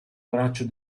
braccio